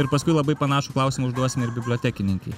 ir paskui labai panašų klausimą užduosime ir bibliotekininkei